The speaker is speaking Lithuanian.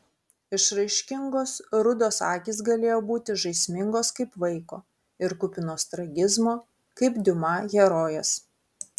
išraiškingos rudos akys galėjo būti žaismingos kaip vaiko ir kupinos tragizmo kaip diuma herojės